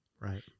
right